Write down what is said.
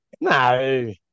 No